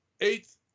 eighth